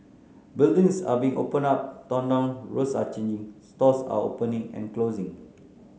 buildings are being opened up torn down roads are changing stores are opening and closing